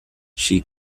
she